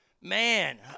Man